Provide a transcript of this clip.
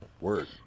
Word